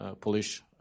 Polish